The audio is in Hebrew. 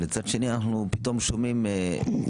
אבל מצד שני אנחנו פתאום שומעים לפעמים,